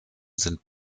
sind